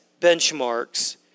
benchmarks